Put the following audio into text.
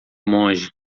monge